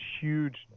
huge